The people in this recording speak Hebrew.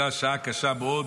הייתה שעה קשה מאוד